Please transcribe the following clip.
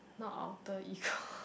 not Alter Ego